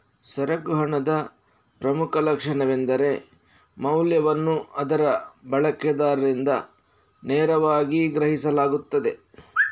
ಸರಕು ಹಣದ ಪ್ರಮುಖ ಲಕ್ಷಣವೆಂದರೆ ಮೌಲ್ಯವನ್ನು ಅದರ ಬಳಕೆದಾರರಿಂದ ನೇರವಾಗಿ ಗ್ರಹಿಸಲಾಗುತ್ತದೆ